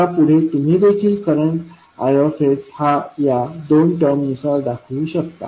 आता पुढे तुम्ही देखील करंट I हा या दोन टर्म नुसार दाखवु शकता